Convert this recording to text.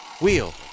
wheel